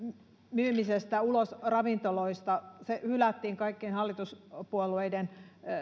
myymisestä ulos ravintoloista hylättiin kaikkien hallituspuolueiden